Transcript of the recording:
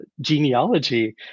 genealogy